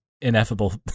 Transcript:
ineffable